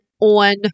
on